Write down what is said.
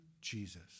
Jesus